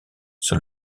sur